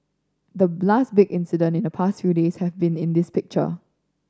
the last big incident in the past few days have been this picture